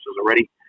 already